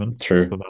true